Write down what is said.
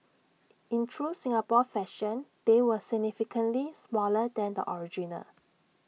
in true Singapore fashion they were significantly smaller than the original